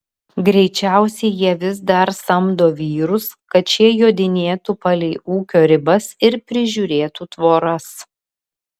greičiausiai jie vis dar samdo vyrus kad šie jodinėtų palei ūkio ribas ir prižiūrėtų tvoras